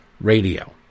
radio